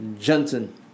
Johnson